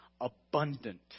abundant